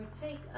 take